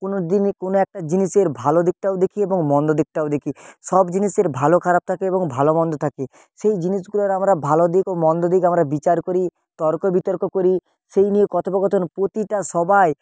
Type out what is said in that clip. কোনোদিনই কোনো একটা জিনিসের ভালো দিকটাও দেখি এবং মন্দ দিকটাও দেখি সব জিনিসের ভালো খারাপ থাকে এবং ভালো মন্দ থাকে সেই জিনিসগুলোর আমরা ভালো দিক ও মন্দ দিক আমরা বিচার করি তর্ক বিতর্ক করি সেই নিয়ে কথোপকথন প্রতিটা সবাই